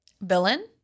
Villain